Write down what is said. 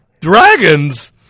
dragons